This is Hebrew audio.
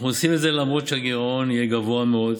אנחנו עושים את זה למרות שהגירעון יהיה גבוה מאוד.